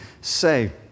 say